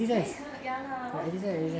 那里可能 ya lah one fifty